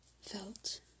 felt